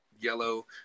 yellow